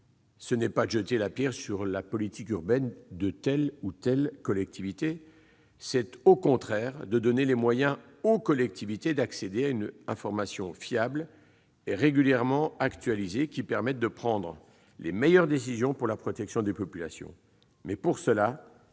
ce n'est pas jeter la pierre à la politique urbaine de telle ou telle collectivité ; c'est donner les moyens aux collectivités d'accéder à une information fiable et régulièrement actualisée, qui permette de prendre les meilleures décisions pour la protection des populations. Mais, pour cela,